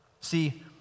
See